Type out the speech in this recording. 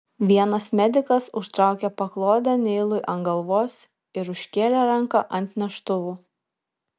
vienas medikas užtraukė paklodę neilui ant galvos ir užkėlė ranką ant neštuvų